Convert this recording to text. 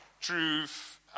truth